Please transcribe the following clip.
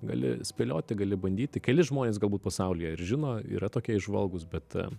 gali spėlioti gali bandyti keli žmonės galbūt pasaulyje ir žino yra tokie įžvalgūs bet